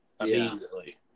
immediately